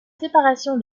séparation